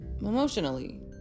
Emotionally